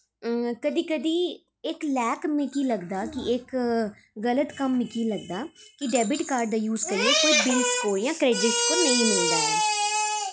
कदी कदी इक लैक मिगी लगदा कि इक गलत कम्म मिगी लगदा कि डेबिट कार्ड दा यूस करियै